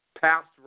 past